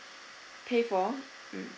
paid for mm